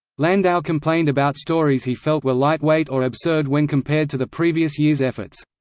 landau complained about stories he felt were light-weight or absurd when compared to the previous year's efforts.